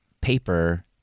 paper